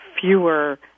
fewer